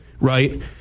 right